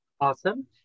awesome